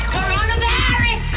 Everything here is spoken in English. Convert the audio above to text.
Coronavirus